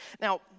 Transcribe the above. Now